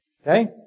Okay